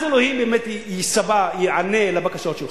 אז אלוהים באמת ייענה לבקשות שלך.